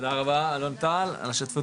(היו"ר רם שפע) תודה רבה אלון טל על השותפות